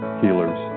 healers